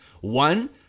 one